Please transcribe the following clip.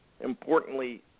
importantly